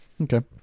Okay